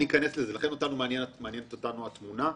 מעניינת אותנו התמונה והמקרו.